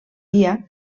dia